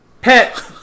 Pet